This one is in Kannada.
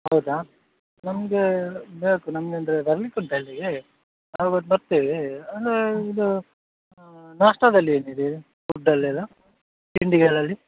ಹೌದಾ ನಮಗೆ ಬೇಕು ನಮ್ಗೆ ಅಂದರೆ ಬರ್ಲಿಕ್ಕೆ ಉಂಟು ಅಲ್ಲಿಗೆ ನಾವು ಬರ್ತೇವೆ ಅಂದರೆ ಇದು ನಾಷ್ಟದಲ್ಲಿ ಏನಿದೆ ಫುಡ್ಡಲ್ಲೆಲ್ಲ ತಿಂಡಿಗಳಲ್ಲಿ